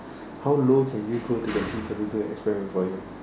how low can you go to get people to do an experiment for you